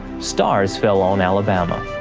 stars fell on alabama.